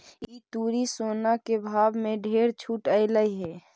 इस तुरी सोना के भाव में ढेर छूट अएलई हे